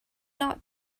not